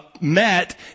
met